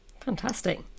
fantastic